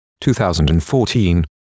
2014